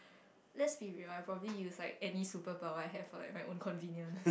let's be real I probably use like any superpower I have for like my own convenient